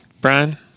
Brian